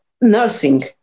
nursing